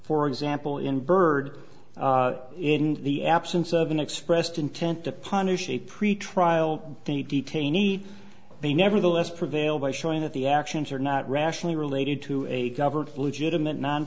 for example in byrd in the absence of an expressed intent to punish a pretrial the detainee may nevertheless prevail by showing that the actions are not rationally related to a government legitimate non